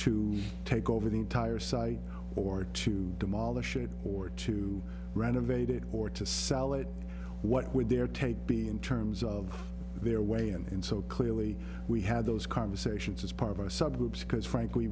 to take over the entire site or to demolish it or to renovate it or to sell it what would their take be in terms of their way and so clearly we had those conversations as part of our subgroups because frankly